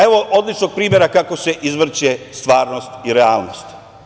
Evo odličnog primera kako se izvrće stvarnost i realnost.